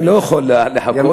אני לא יכול לחכות.